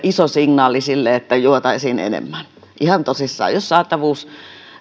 iso signaali sille että juotaisiin enemmän ihan tosissaan jos saatavuus